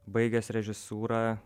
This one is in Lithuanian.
baigęs režisūrą